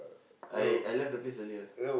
I I left the place earlier